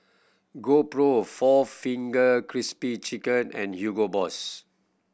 GoPro four Finger Crispy Chicken and Hugo Boss